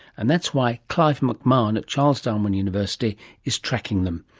and that's why clive mcmahon at charles darwin university is tracking them.